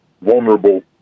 vulnerable